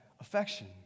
affection